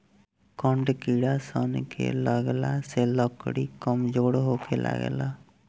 कड़ किड़ा सन के लगला से लकड़ी कमजोर होखे लागेला